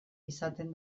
izaten